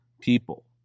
people